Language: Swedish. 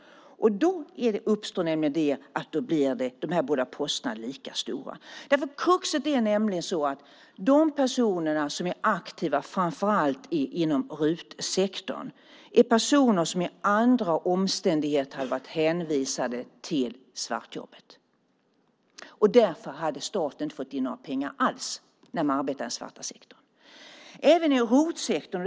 Gör man det blir de båda posterna lika stora. Kruxet är nämligen att de personer som är aktiva inom RUT-sektorn under andra omständigheter hade varit hänvisade till svartjobb. Då hade staten inte fått in några pengar alls. Det gäller även ROT-sektorn.